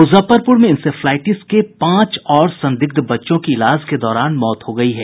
मुजफ्फरपुर में इंसेफ्लाइटिस के पांच और संदिग्ध बच्चों की इलाज के दौरान मौत हो गयी है